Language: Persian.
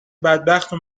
بدبختو